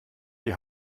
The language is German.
die